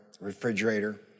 refrigerator